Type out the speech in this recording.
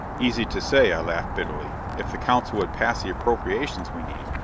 easy to say, i laughed bitterly. if the council would pass the appropriations we need,